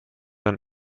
ein